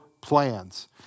plans